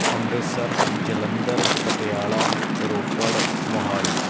Amritsar Jalandhar Patiala Ropar Mohali